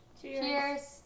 Cheers